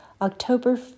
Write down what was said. October